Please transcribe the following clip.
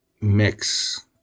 mix